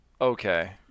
Okay